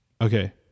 Okay